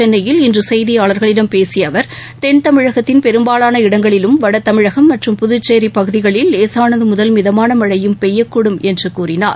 சென்னையில் இன்று செய்தியாளர்களிடம் பேசிய அவர் தென் தமிழகத்தின் பெரும்பாலான இடங்களிலும் வடதமிழகம் மற்றும் புதுச்சேரி பகுதிகளில் லேசானது முதல் மிதமான மழையும் பெய்யக்கூடும் என்று கூறினார்